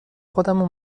خودمو